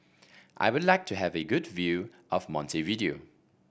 I would like to have a good view of Montevideo